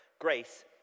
grace